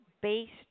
based